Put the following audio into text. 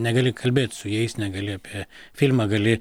negali kalbėt su jais negali apie filmą gali